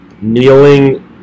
kneeling